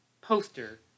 poster